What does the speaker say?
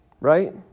right